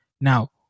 Now